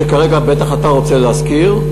שכרגע אתה בטח רוצה להזכיר.